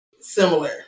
similar